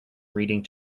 reading